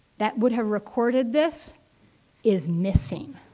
that would have recorded this is missing.